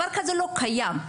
זה לא קיים.